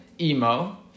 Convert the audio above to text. emo